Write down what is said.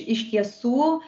iš tiesų